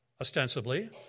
ostensibly